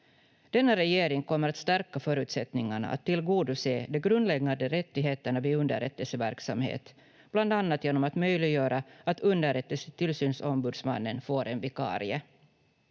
Denna regering kommer att stärka förutsättningarna att tillgodose de grundläggande rättigheterna vid underrättelseverksamhet, bland annat genom att möjliggöra att underrättelsetillsynsombudsmannen får en vikarie.